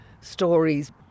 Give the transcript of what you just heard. stories